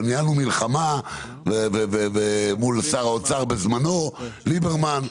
אבל ניהלנו מלחמה מול שר האוצר בזמנו, ליברמן,